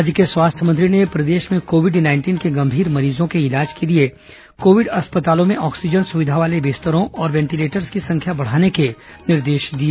राज्य के स्वास्थ्य मंत्री ने प्रदेश में कोविड नाइंटीन के गंभीर मरीजों के इलाज के लिए कोविड अस्पतालों में ऑक्सीजन सुविधा वाले बिस्तरों और वेंटीलेटर्स की संख्या बढ़ाने के निर्देश दिए